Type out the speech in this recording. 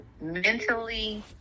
mentally